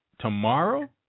tomorrow